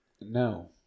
No